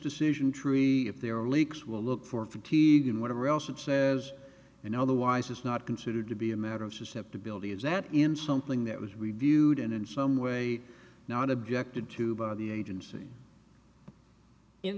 decision tree if there are leaks will look for fatigue in what a real should says and otherwise is not considered to be a matter of susceptibility is that in something that was reviewed and in some way not objected to by the agency in